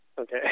okay